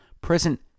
present